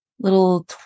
little